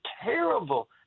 terrible